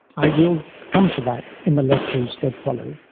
i will come to that in the lectures that follow.